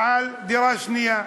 על דירה שנייה.